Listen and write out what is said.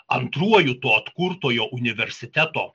antruoju to atkurtojo universiteto